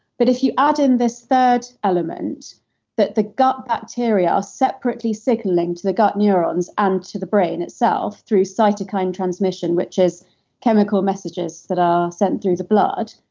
but if you aren't in this third element that the gut bacteria separately signaling to the gut neurons and to the brain itself through cytokine transmission, which is chemical messages that are sent through the blood.